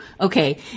Okay